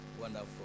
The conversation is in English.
Wonderful